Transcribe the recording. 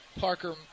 Parker